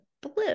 blue